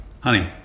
Honey